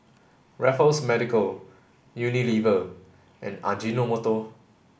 Raffles Medical Unilever and Ajinomoto